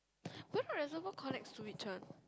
bedok Reservoir collect sewage one